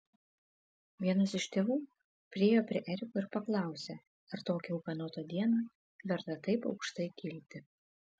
vienas iš tėvų priėjo prie eriko ir paklausė ar tokią ūkanotą dieną verta taip aukštai kilti